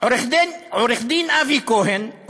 עורך-דין אבי כהן,